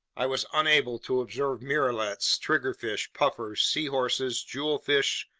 i was unable to observe miralets, triggerfish, puffers, seahorses, jewelfish,